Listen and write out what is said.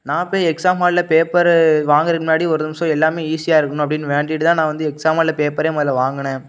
நான் போய் எக்ஸாம் ஹாலில் பேப்பரு வாங்கிறதுக்கு முன்னாடி ஒரு நிமிஷம் எல்லாம் ஈஸியாக இருக்கணும் அப்படின்னு வேண்டிகிட்டு தான் நான் வந்து எக்ஸாம் ஹாலில் பேப்பரே முதல்ல வாங்கினேன்